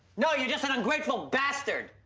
no, you're just an ungrateful bastard.